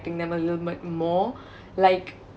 them a little bit more like